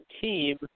team